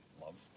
love